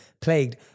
plagued